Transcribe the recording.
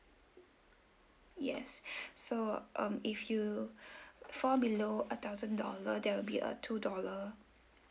yes so um if you fall below a thousand dollar there will be a two dollar